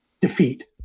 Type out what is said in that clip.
defeat